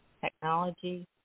technology